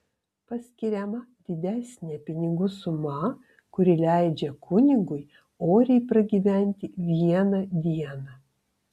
paskiriama didesnė pinigų suma kuri leidžia kunigui oriai pragyventi vieną dieną